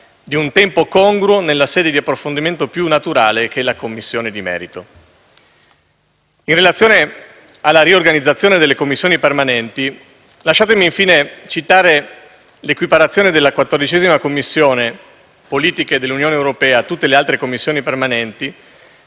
di un tempo congruo nella sede di approfondimento più naturale, che è la Commissione di merito. In relazione alla riorganizzazione delle Commissioni permanenti, infine, lasciatemi citare l'equiparazione della 14a Commissione politiche dell'Unione europea a tutte le altre Commissioni permanenti